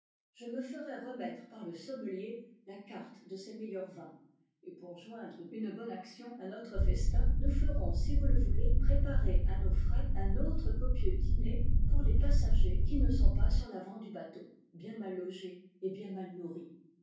je me ferai remettre par le sommelier la carte de ses meilleurs vins et pour joindre une bonne action à notre festin nous ferons si vous le voulez préparer à nos frais un autre copieux dîner pour les passagers jui sont sur l'avant du bateau bien mal logés et bien mal nourris